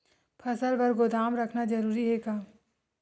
फसल बर गोदाम रखना जरूरी हे का?